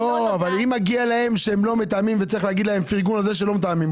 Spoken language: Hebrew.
אם הם לא מתאמים ומגיע לתת להם פירגון על זה שהם לא מתאמים,